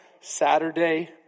Saturday